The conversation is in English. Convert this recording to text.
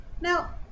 Now